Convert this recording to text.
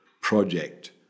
project